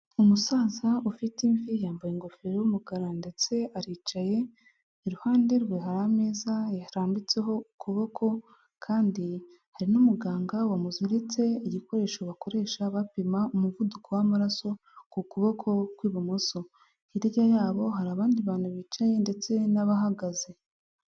Umusaza ufite imvi yambaye ingofero y'umukara ndetse aricaye, iruhande rwe hari ameza yarambitseho ukuboko kandi hari n'umuganga wamuziritse igikoresho bakoresha bapima umuvuduko w'amaraso ku kuboko kw'ibumoso. Hirya yabo hari abandi bantu bicaye ndetse n'abahagaze.